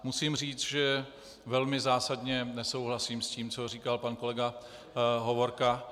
Musím říct, že velmi zásadně nesouhlasím s tím, co říkal pan kolega Hovorka.